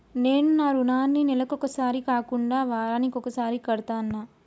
నేను నా రుణాన్ని నెలకొకసారి కాకుండా వారానికోసారి కడ్తన్నా